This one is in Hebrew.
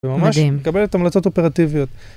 וממש... מדהים. מקבלת המלצות אופרטיביות.